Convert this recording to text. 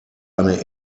eine